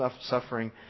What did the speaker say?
suffering